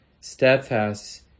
steadfast